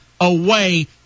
away